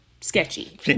sketchy